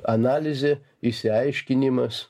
analizė išsiaiškinimas